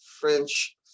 French